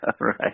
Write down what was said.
Right